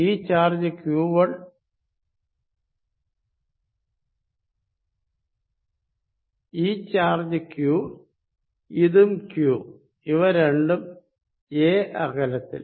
ഈ charge Q ഇതും Q ഇവ രണ്ടും a അകലത്തിൽ